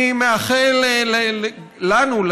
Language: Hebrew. אני מאחל לנו,